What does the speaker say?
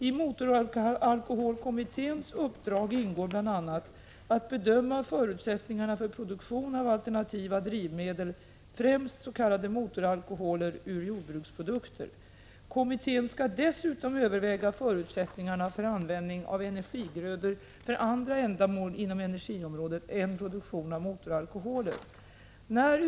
I motoralkoholkommitténs uppdrag ingår bl.a. att bedöma förutsättningarna för produktion av alternativa drivmedel, främst s.k. motoralkoholer, ur jordbruksprodukter. Kommittén skall dessutom överväga förutsättningarna för användning av energigrödor för andra ändamål inom energiområdet än produktion av motoralkoholer. Prot.